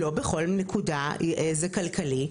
לא בכל נקודה זה כלכלי.